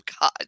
God